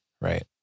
right